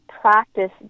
practice